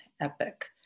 epic